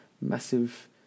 massive